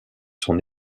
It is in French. son